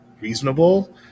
reasonable